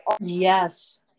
Yes